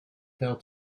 fell